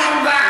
שעד היום מסרב,